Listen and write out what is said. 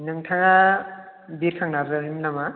नोंथाङा बिरस्रां नार्जारिमोन नामा